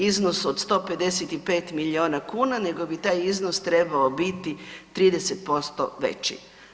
iznosu od 155 milijuna kuna nego bi taj iznos trebao biti 30% veći.